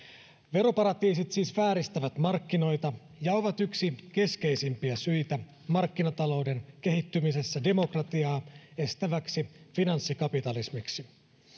veroparatiisit siis vääristävät markkinoita ja ovat yksi keskeisimpiä syitä markkinatalouden kehittymisessä demokratiaa estäväksi finanssikapitalismiksi